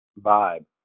vibe